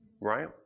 right